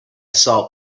salt